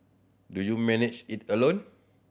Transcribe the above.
do you manage it alone